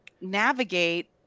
navigate